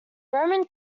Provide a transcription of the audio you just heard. roman